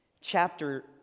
chapter